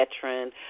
veteran